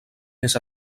més